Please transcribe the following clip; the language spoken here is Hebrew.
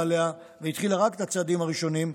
עליה והתחילה רק את הצעדים הראשונים,